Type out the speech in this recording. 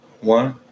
one